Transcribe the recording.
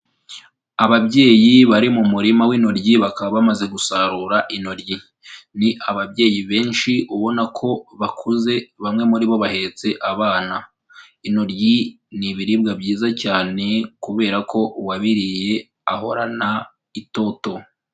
Ababyeyi bari mu murima w'intoryi bakaba bamaze gusarura intoryi, ni ababyeyi benshi ubona ko bakuze bamwe muri bo bahetse abana. Intoryi ni ibiribwa byiza cyane kubera ko uwabiriye ahorana itoto.